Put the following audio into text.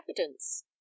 evidence